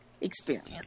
experience